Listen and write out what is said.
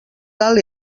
tal